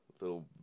little